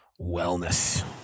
Wellness